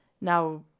now